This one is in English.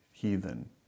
heathen